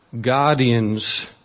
guardians